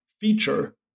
feature